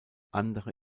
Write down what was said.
andere